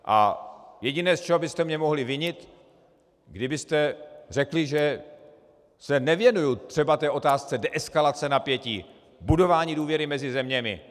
A jediné, z čeho byste mě mohli vinit, kdybyste řekli, že se nevěnuji třeba té otázce deeskalace napětí, budování důvěry mezi zeměmi.